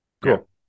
Cool